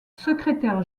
secrétaire